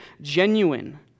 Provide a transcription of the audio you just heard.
genuine